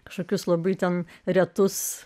kažkokius labai ten retus